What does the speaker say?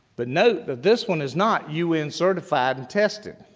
but note, that this one is not un certified and tested.